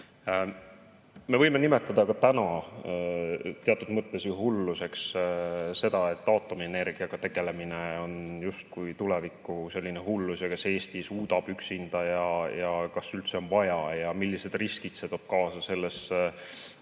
Me võime nimetada ka täna teatud mõttes hulluseks seda, et aatomienergiaga tegelemine on justkui tulevikuhullus ja kas Eesti suudab üksinda ja kas üldse on vaja ja millised riskid see toob kaasa sellise